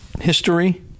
History